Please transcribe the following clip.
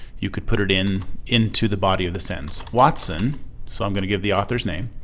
you could put it in into the body of the sentence. watson so i'm going to give the author's name.